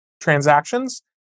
transactions